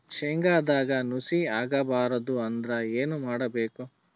ಶೇಂಗದಾಗ ನುಸಿ ಆಗಬಾರದು ಅಂದ್ರ ಏನು ಮಾಡಬೇಕು?